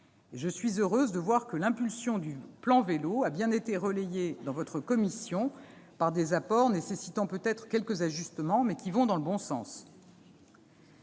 Je suis heureuse de voir que l'impulsion du plan Vélo a bien été relayée par votre commission, avec des apports nécessitant peut-être quelques ajustements, mais ceux-ci vont dans le bon sens.